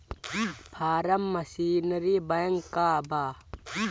Form machinery bank का बा?